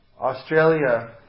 Australia